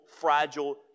fragile